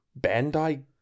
Bandai